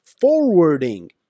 forwarding